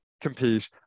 compete